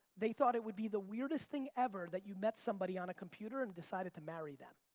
they thought it would be the weirdest thing ever that you met somebody on a computer and decided to marry them,